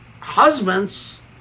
husbands